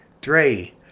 Dre